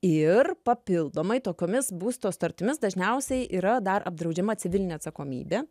ir papildomai tokiomis būsto sutartimis dažniausiai yra dar apdraudžiama civilinė atsakomybė